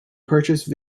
purchase